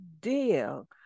deal